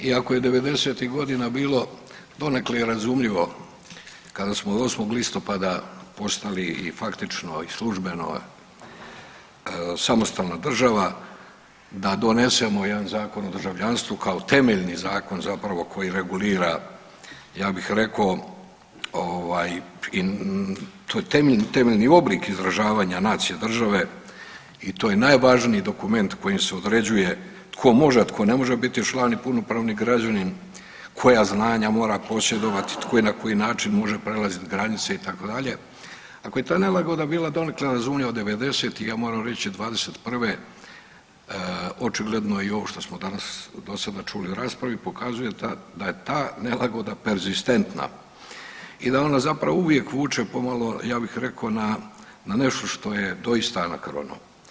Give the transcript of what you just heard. Iako je '90.-tih godina bilo donekle razumljivo kada smo 8. listopada postali i faktično i službeno samostalna država da donesemo jedan Zakon o državljanstvu kao temeljni zakon zapravo koji regulira ja bih rekao ovaj to je temeljni oblik izražavanja nacije države i to je najvažniji dokument kojim se određuje tko može, a tko ne može biti član i punopravni građanin, koja znanja mora posjedovati, tko i na koji način može prelazit granice itd., ako je ta nelagoda bila donekle razumljiva 90-ih, a moram reći '21. očigledno i ovo što smo danas do sada čuli u raspravi pokazuje da je ta nelagoda perzistentna i da onda zapravo uvijek vuče pomalo, ja bih rekao na nešto što je doista anakrono.